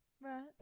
Right